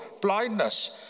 blindness